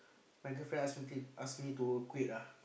my girlfriend ask me to ask me to quit ah